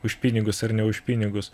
už pinigus ar ne už pinigus